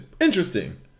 Interesting